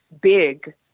big